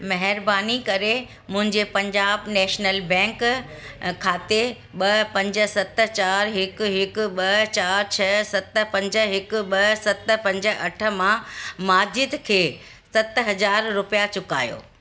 महिरबानी करे मुंहिंजे पंजाब नेशनल बैंक खाते ॿ पंज सत चारि हिकु हिकु ॿ चारि छह सत पंज हिकु ॿ सत पंज अठ मां माज़िद खे सत हज़ार रुपया चुकायो